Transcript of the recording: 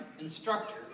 instructor